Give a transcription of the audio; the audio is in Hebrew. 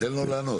תן לו לענות.